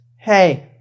Hey